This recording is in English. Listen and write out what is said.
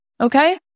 Okay